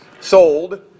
sold